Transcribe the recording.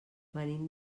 venim